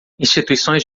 instituições